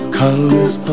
colors